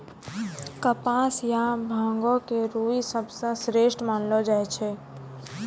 कपास या बांगो के रूई सबसं श्रेष्ठ मानलो जाय छै